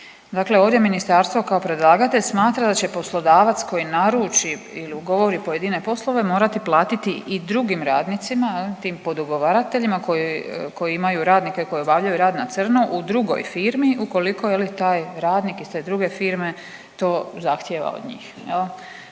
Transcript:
Dakle, ovdje ministarstvo kao predlagatelj smatra da će poslodavac koji naruči ili ugovori pojedine poslove morati platiti i drugim radnicima, tim podugovarateljima koji imaju radnike koji obavljaju rad na crno u drugoj firmi ukoliko taj radnik iz te druge firme to zahtijeva od njih.